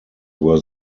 were